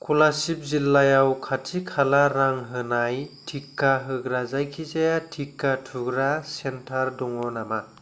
क'लासिब जिल्लायाव खाथि खाला रां होनाय टिका होग्रा जायखिजाया टिका थुग्रा सेन्टार दङ' नामा